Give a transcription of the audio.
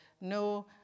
no